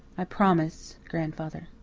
i promise, grandfather.